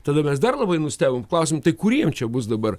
tada mes dar labai nustebom klausiam tai kuriem čia bus dabar